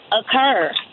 occur